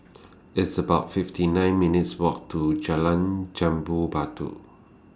It's about fifty nine minutes' Walk to Jalan Jambu Batu